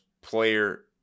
Player